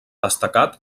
destacat